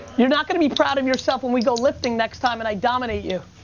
you're not going to be proud of yourself when we go lifting next time, and i dominate you.